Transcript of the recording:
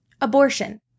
Abortion